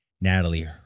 Natalie